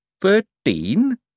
Thirteen